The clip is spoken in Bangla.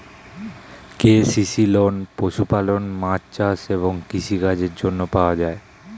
কে.সি.সি লোন পশুপালন, মাছ চাষ এবং কৃষি কাজের জন্য পাওয়া যায়